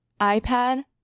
iPad